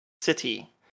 city